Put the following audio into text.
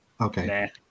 Okay